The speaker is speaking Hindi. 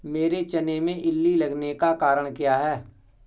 मेरे चने में इल्ली लगने का कारण क्या है?